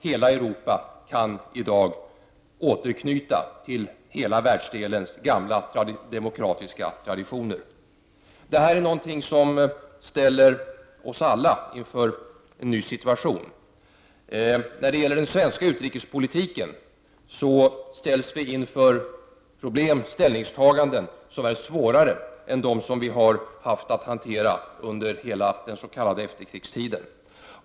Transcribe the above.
Hela Europa kan i dag återknyta till hela världsdelens gamla demokratiska traditioner. Det här är något som ställer oss alla inför en ny situation. När det gäller den svenska utrikespolitiken ställs vi i Sverige inför problem och ställningstaganden som är svårare än dem som vi har haft att hantera under hela den s.k. efterkrigstiden.